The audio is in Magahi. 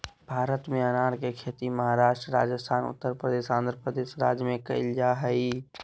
भारत में अनार के खेती महाराष्ट्र, राजस्थान, उत्तरप्रदेश, आंध्रप्रदेश राज्य में कैल जा हई